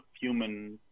human